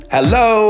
Hello